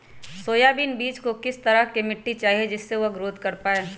Soybean बीज को किस तरह का मिट्टी चाहिए जिससे वह ग्रोथ कर पाए?